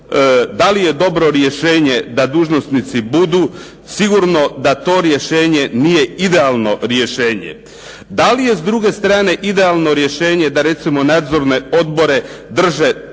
da li je dobro rješenje da dužnosnici budu, sigurno da to rješenje nije idealno rješenje. DA li je s druge strane idealno rješenje da nadzorne odbore drže tobože